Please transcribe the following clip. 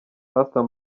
pastor